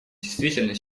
действительно